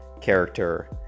character